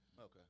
Okay